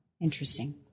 Interesting